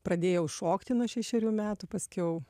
pradėjau šokti nuo šešerių metų paskiau